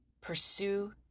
pursue